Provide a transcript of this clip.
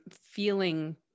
feeling